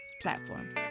platforms